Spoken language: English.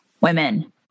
women